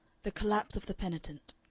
the collapse of the penitent